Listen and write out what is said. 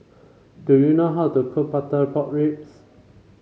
do you know how to cook Butter Pork Ribs